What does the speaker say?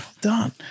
Done